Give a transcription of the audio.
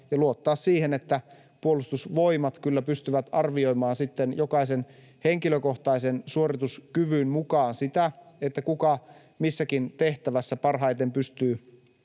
luottaa siihen, että Puolustusvoimat kyllä pystyy arvioimaan sitten jokaisen henkilökohtaisen suorituskyvyn mukaan sitä, kuka missäkin tehtävässä parhaiten pystyy